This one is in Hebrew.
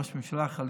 ראש ממשלה חליפי,